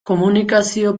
komunikazio